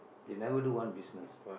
they never do one business